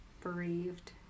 bereaved